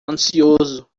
ansioso